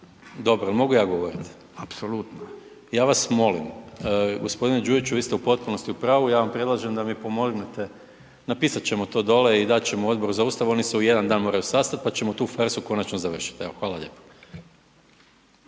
Dobro, je li mogu ja govoriti? .../Upadica: Apsolutno./... Ja vas molim, g. Đujiću, vi ste u potpunosti u pravu, ja vam predlažem da mi pomognete, napisat ćemo to dolje i dat ćemo Odboru za Ustav, oni se u jedan dan moraju sastati pa ćemo tu farsu konačno završiti. Evo, hvala lijepo.